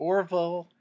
Orville